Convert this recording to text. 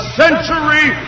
century